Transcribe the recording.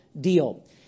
deal